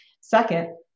Second